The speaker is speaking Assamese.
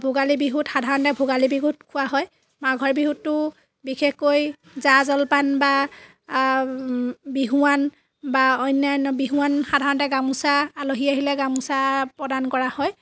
ভোগালী বিহুত সাধাৰণতে ভোগালী বিহুত খোৱা হয় মাঘৰ বিহুততো বিশেষকৈ জা জলপান বা বিহুৱান বা অন্যান্য বিহুৱান সাধাৰণতে গামোছা আলহী আহিলে গামোছা প্ৰদান কৰা হয়